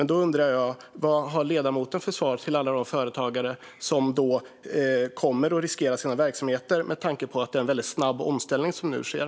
Vad har ledamoten för svar till alla de företagare som riskerar sina verksamheter med tanke på att det är en väldigt snabb omställning som nu sker?